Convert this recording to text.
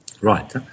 Right